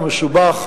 הוא מסובך,